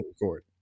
record